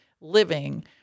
living